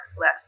less